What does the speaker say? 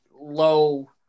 low